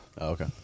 okay